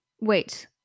wait